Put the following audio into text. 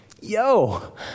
Yo